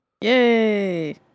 Yay